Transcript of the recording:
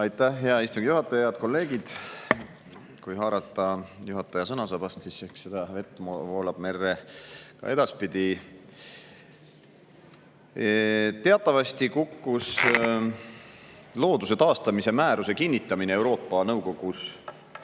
Aitäh, hea istungi juhataja! Head kolleegid! Kui haarata juhatajal sõnasabast, siis eks vett voolab merre ka edaspidi. Teatavasti kukkus looduse taastamise määruse kinnitamine Euroopa Nõukogus